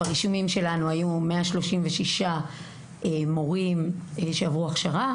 ברישומים שלנו היו 136 מורים שעברו הכשרה